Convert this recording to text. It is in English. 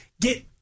get